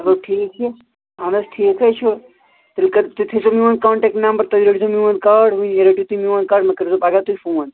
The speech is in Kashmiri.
چلو ٹھیٖک چھُ اہن حظ ٹھیٖک حظ چھُ تیٚلہ کر تُہۍ تھٲے زیٚو میون کانٹیٚکٹ نمبر تُہۍ رٔٹۍ زیٚو میون کارڈ ونۍ رٔٹِو تُہۍ میون کارڈ مےٚ کٔرۍ زیٚو پگاہ تُہۍ فون